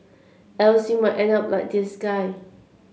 else you might end up like this guy